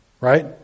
Right